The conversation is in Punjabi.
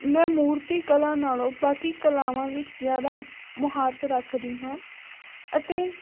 ਮੈਂ ਮੂਰਤੀ ਕਲਾ ਨਾਲੋਂ ਬਾਕੀ ਕਲਾਵਾਂ ਵਿੱਚ ਜ਼ਿਆਦਾ ਮੁਹਾਰਤ ਰੱਖਦੀ ਹਾਂ ਅਤੇ